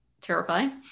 terrifying